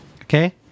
okay